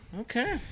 okay